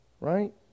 right